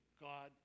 God